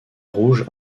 rouge